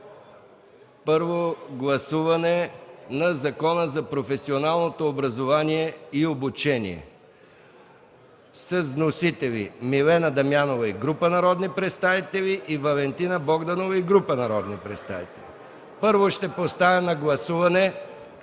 първо гласуване Закона за професионалното образование и обучение с вносители Милена Дамянова и група народни представители и Валентина Богданова и група народни представители. Първо ще поставя на гласуване